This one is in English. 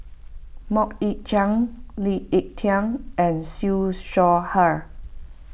Mok Ying Jang Lee Ek Tieng and Siew Shaw Her